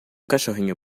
cachorrinho